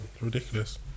ridiculous